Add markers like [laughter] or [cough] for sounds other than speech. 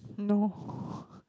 no [laughs]